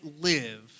live